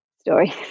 story